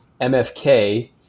MFK